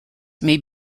may